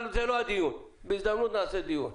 אבל זה לא הדיון, בהזדמנות נעשה על זה דיון.